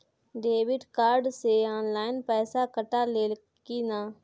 Debit card से online पैसा कटा ले कि ना?